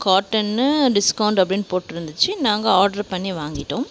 cotton discount அப்படின்னு போட்டிருந்துச்சி நாங்கள் ஆட்ரு பண்ணி வாங்கிவிட்டோம்